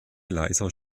leiser